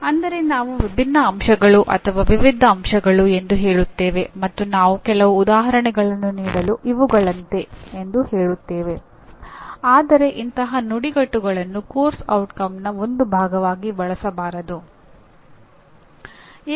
ಉನ್ನತ ಶಿಕ್ಷಣದಲ್ಲಿ ಅದರ ಗುರಿಗಳು ಶಾಲಾ ಶಿಕ್ಷಣದಲ್ಲಿ ಇರುವಂತೆ ಸಾರ್ವತ್ರಿಕವಾಗಿ ಇರಬಾರದು ಮತ್ತು ಇರುವುದಿಲ್ಲ